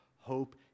Hope